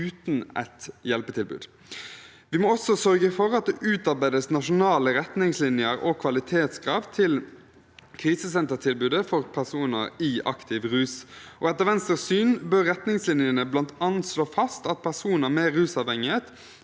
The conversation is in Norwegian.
uten et hjelpetilbud. Vi må også sørge for at det utarbeides nasjonale retningslinjer og kvalitetskrav til krisesentertilbudet for personer i aktiv rus. Etter Venstres syn bør retningslinjene bl.a. slå fast at personer med rusavhengighet